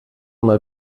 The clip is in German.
mal